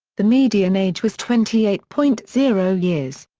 the median age was twenty eight point zero years.